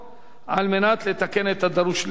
על מנת לתקן את הדרוש תיקון.